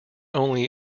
only